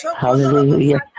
hallelujah